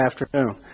afternoon